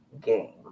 game